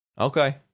Okay